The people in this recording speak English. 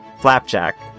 Flapjack